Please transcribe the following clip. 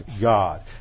God